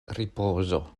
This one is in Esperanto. ripozo